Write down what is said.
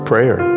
Prayer